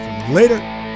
Later